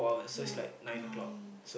ya nine